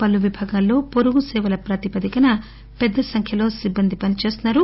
పలు విభాగాల్లో పొరుగుసేవల ప్రాతిపదికన పెద్ద సంఖ్యలో సిబ్బంది పని చేస్తున్నారు